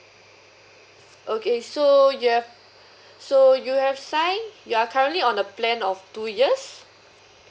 okay so you have so you have sign you are currently on a plan of two years